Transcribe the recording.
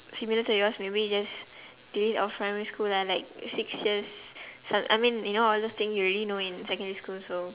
similar to yours maybe just delete off primary school uh like six years so I mean you know all those things you already know in secondary school so